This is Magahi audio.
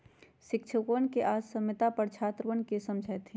शिक्षकवन आज साम्यता पर छात्रवन के समझय थिन